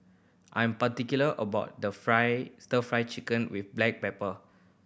I am particular about the fry Stir Fry Chicken with black pepper